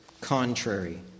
contrary